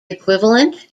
equivalent